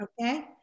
Okay